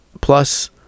plus